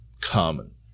common